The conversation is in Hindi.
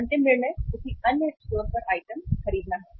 अंतिम निर्णय किसी अन्य स्टोर पर आइटम खरीदना है